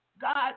God